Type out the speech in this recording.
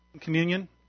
communion